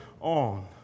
on